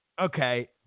okay